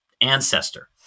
ancestor